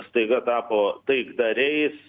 staiga tapo taikdariais